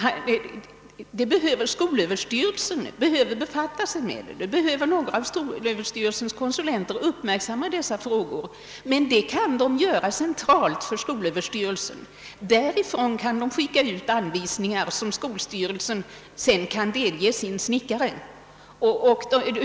Några av skolöverstyrelsens konsulenter behöver uppmärksamma dessa frågor, men de kan göra det centralt från skolöverstyrelsen. Därifrån kan de skicka ut anvisningar som skolstyrelsen sedan kan delge sin snickare.